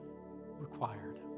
required